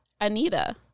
Anita